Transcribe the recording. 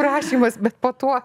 rašymas bet po to